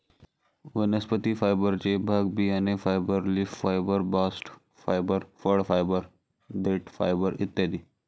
वनस्पती फायबरचे भाग बियाणे fibre, leaf fibre, bast fibre, फळ फायबर, देठ फायबर इ